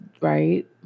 right